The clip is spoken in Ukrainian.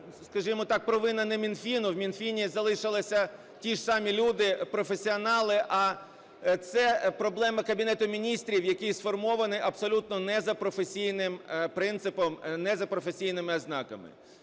скажемо так, провина не Мінфіну, в Мінфіні залишилися ті ж самі люди-професіонали. А це проблема Кабінету Міністрів, який сформований абсолютно не за професійним принципом, не за професійними ознаками.